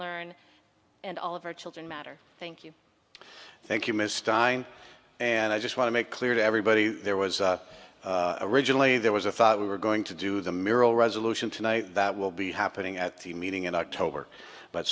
learn and all of our children matter thank you thank you ms stein and i just want to make clear to everybody there was originally there was a thought we were going to do the merrill resolution tonight that will be happening at the meeting in october but